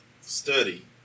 study